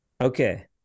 Okay